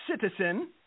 citizen